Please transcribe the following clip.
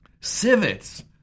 Civets